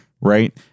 Right